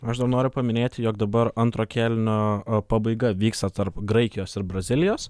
aš dar noriu paminėti jog dabar antro kėlinio pabaiga vyksta tarp graikijos ir brazilijos